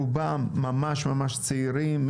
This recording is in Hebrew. רובם ממש צעירים,